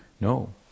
No